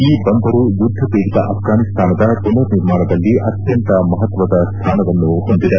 ಈ ಬಂದರು ಯುದ್ದ ಪೀಡಿತ ಅಫ್ವಾನಿಸ್ತಾನದ ಪುನರ್ ನಿರ್ಮಾಣದಲ್ಲಿ ಅತ್ಯಂತ ಮಹತ್ವದ ಸ್ಥಾನವನ್ನು ಹೊಂದಿದೆ